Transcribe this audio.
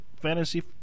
Fantasy